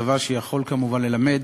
דבר שיכול כמובן ללמד